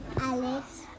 Alice